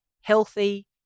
healthy